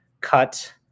cut